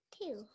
Two